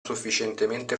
sufficientemente